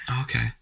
Okay